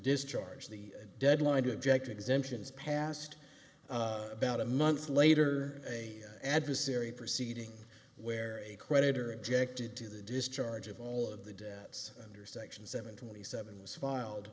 discharge the deadline to object exemptions passed about a month later a adversary proceeding where a creditor objected to the discharge of all of the debts under section seven twenty seven was filed